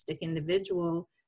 individual